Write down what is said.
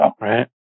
Right